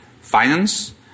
finance